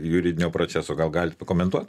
juridinio proceso gal galit pakomentuot